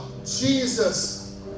Jesus